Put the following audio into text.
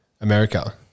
America